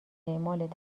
اعمال